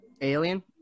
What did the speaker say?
Alien